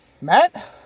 Matt